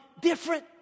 different